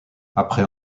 après